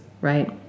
Right